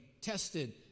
Tested